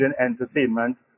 entertainment